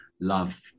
love